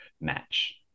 match